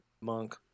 monk